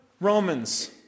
Romans